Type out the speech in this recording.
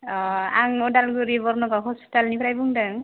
अ आं उदालगुरि बर्नगाव हस्पिटालनिफ्राय बुंदों